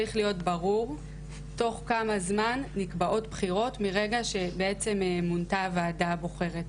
צריך להיות ברור תוך כמה זמן נקבעות בחירות מרגע שמונתה הוועדה הבוחרת,